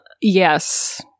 yes